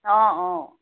অঁ অঁ